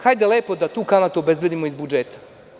Hajde, lepo da tu kamatu obezbedimo iz budžeta.